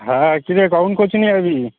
হ্যাঁ কী রে কখন কোচিংয়ে যাবি